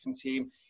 team